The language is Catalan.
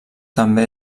també